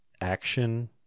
action